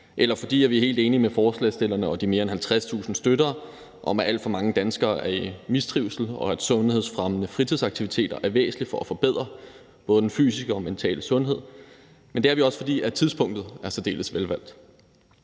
eller fordi vi er helt enige med stillerne og de mere end 50.000 støttere i, at alt for mange danskere er i mistrivsel, og at sundhedsfremmende fritidsaktiviteter er væsentligt for at forbedre både den fysiske og mentale sundhed, men det er også, fordi tidspunktet er særdeles velvalgt.